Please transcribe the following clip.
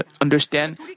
understand